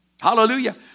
Hallelujah